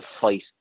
fight